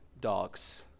dogs